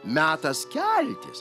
metas keltis